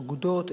אגודות,